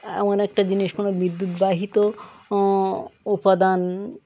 এমন একটা জিনিস কোনও বিদ্যুৎবাহিত উপাদান